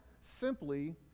simply